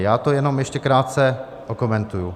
Já to jenom ještě krátce okomentuji.